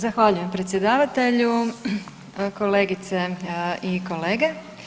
Zahvaljujem predsjedavatelju, kolegice i kolege.